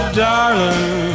darling